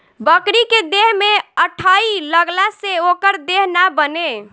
बकरी के देह में अठइ लगला से ओकर देह ना बने